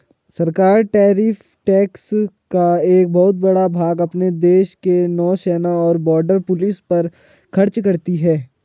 सरकार tariff tax का एक बहुत बड़ा भाग अपने देश के नौसेना और बॉर्डर पुलिस पर खर्च करती हैं